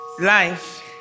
Life